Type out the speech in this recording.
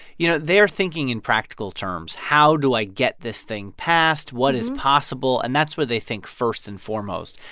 you know, they are thinking in practical terms. how do i get this thing passed? what is possible? and that's what they think first and foremost.